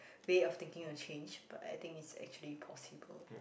way of thinking to change but I think it's actually possible